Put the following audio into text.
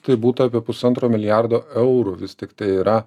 tai būtų apie pusantro milijardo eurų vis tiktai yra